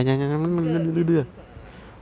你这个颜值算 liao lah